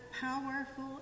powerful